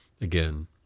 again